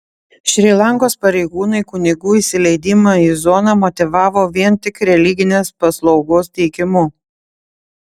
šri lankos pareigūnai kunigų įsileidimą į zoną motyvavo vien tik religinės paslaugos teikimu